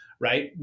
right